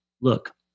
look